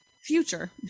future